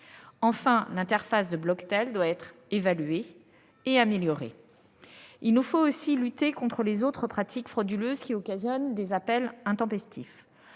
Enfin, l'interface de Bloctel doit être évaluée et améliorée. Il nous faut aussi lutter contre les autres pratiques frauduleuses qui occasionnent des appels intempestifs